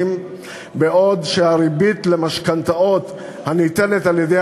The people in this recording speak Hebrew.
בעוד הריבית למשכנתאות הניתנת על-ידי